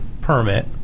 permit